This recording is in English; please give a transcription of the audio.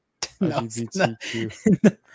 LGBTQ